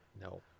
no